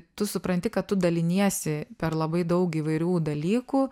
tu supranti kad tu daliniesi per labai daug įvairių dalykų